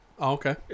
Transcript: Okay